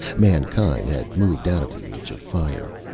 mankind had moved out of the age of fire.